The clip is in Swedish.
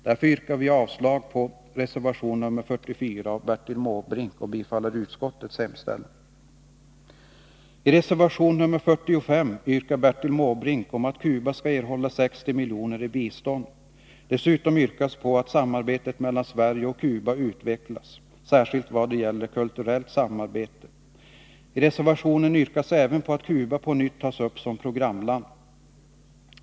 Därför yrkar vi avslag på reservation nr 44 av Bertil Måbrink och bifall till utskottets hemställan. I reservation nr 45 yrkar Bertil Måbrink att Cuba skall erhålla 60 miljoner i bistånd. Dessutom yrkas att samarbetet mellan Sverige och Cuba utvecklas — särskilt i vad gäller handel och kulturellt samarbete. I reservationen yrkas även att Cuba på nytt tas upp som programland.